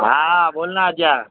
हां बोल ना अजा